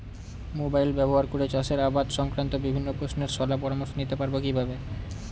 Mobile ব্যাবহার করে চাষের আবাদ সংক্রান্ত বিভিন্ন প্রশ্নের শলা পরামর্শ নিতে পারবো কিভাবে?